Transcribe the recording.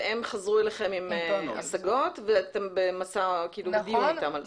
הם חזרו אליכם עם הסגות ואתם בדיון אתם על זה.